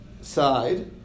side